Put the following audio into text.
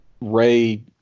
Ray